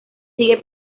sigue